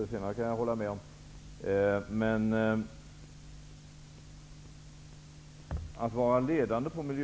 Det senare kan jag hålla med om, men att vara ledande i vissa delar av